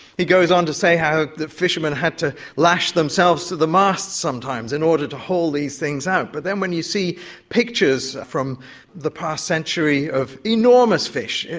he goes on to say how the fishermen had to lash themselves to the masts sometimes in order to haul these things out. but then when you see pictures from the past century of enormous fish,